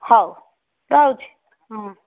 ହଉ ରହୁଛି ହଁ